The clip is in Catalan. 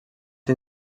ser